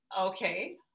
Okay